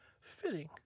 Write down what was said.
Fitting